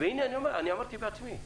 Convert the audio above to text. אליהם כאשר מישהו נמצא במצוקה.